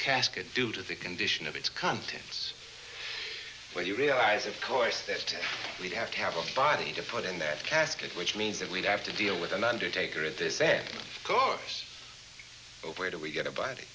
casket due to the condition of its contents when you realize of course that we'd have to have a body to put in their casket which means that we'd have to deal with an undertaker is this a coach where do we get a b